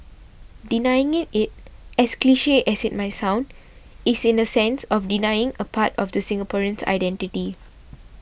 denying it as cliche as it might sound is in a sense of denying a part of the Singaporeans identity